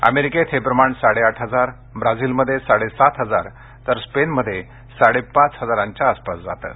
अमेरिकेत हे प्रमाण साडेआठ हजार ब्राझिलमध्ये साडेसात हजार तर स्पेनमध्ये साडेपाच हजाराच्या आसपास जातं